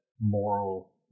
moral